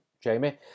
Jamie